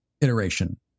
iteration